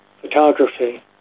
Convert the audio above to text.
photography